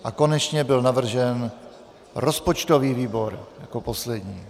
A konečně byl navržen rozpočtový výbor jako poslední.